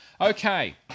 Okay